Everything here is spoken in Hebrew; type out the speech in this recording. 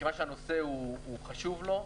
מכיוון שהנושא חשוב לו,